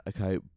okay